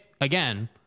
again